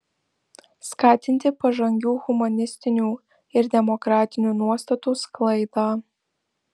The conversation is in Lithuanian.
skatinti pažangių humanistinių ir demokratinių nuostatų sklaidą